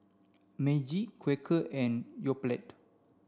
Meiji Quaker and Yoplait